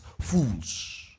fools